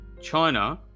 China